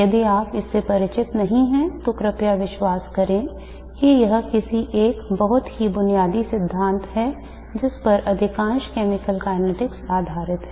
यदि आप इससे परिचित नहीं हैं तो कृपया विश्वास करें कि यह एक बहुत ही बुनियादी सिद्धांत है जिस पर अधिकांश chemical kinetics आधारित है